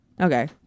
Okay